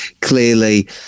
clearly